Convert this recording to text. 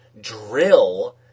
drill